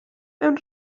mewn